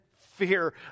fear